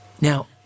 Now